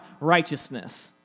righteousness